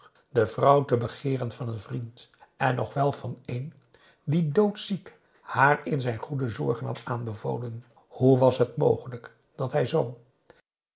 de vrouw te begeeren van een vriend en nogwel van een die doodziek haar in zijn goede zorgen had aanbevolen hoe was t mogelijk dat hij zoo